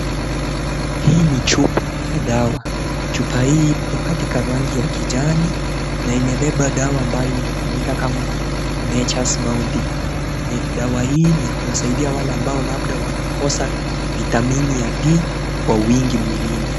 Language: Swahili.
Hii ni chupa ya dawa, chupa hii iko katika rangi ya kijani na imebeba dawa ambayo inafahamika kama Natures's Bounty ni dawa hii niya kuwasaidia wale ambao labda wanakosa vitamini ya D kwa wingi mwilini.